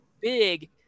big